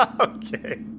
Okay